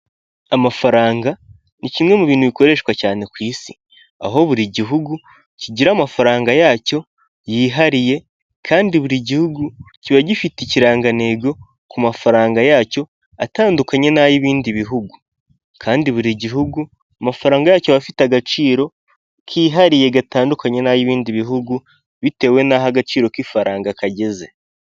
Amafaranga ni kimwe mu bintu bikoreshwa cyane ku Isi aho buri gihugu kigira amafaranga yacyo yihariye, kandi buri gihugu kiba gifite ikirangantego ku mafaranga yacyo atandukanye n'ay'ibindi bihugu, kandi buri gihugu amafaranga yacyo aba afite agaciro kihariye gatandukanye n'ay'ibindi bihugu bitewe n'aho agaciro k'ifaranga kageze.